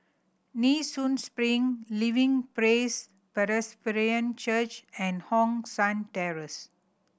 Nee Soon Spring Living Praise Presbyterian Church and Hong San Terrace